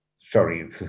sorry